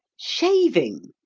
shaving!